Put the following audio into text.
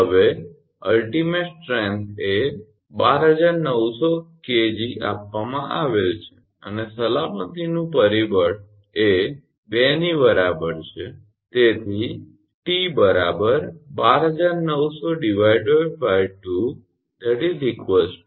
હવે અંતિમ તાકાત એ 12900 𝐾𝑔 આપવામાં આવેલ છે અને સલામતીનું પરિબળ એ 2 ની બરાબર છે તેથી 𝑇 12900 2 6450 𝐾𝑔